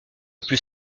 plus